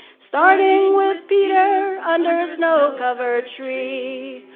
starting with peter, under a snow-covered tree.